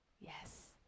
Yes